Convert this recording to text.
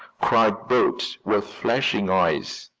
cried bert, with flashing eyes.